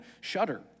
shudder